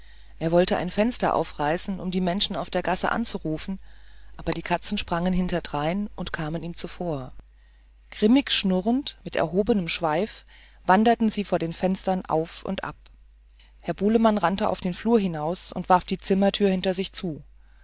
er wollte ein fenster aufreißen um die menschen auf der gasse anzurufen aber die katzen sprangen hintendrein und kamen ihm zuvor grimmig schnurrend mit erhobenem schweif wanderten sie vor den fenstern auf und ab herr bulemann rannte auf den flur hinaus und warf die zimmertür hinter sich zu